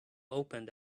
opened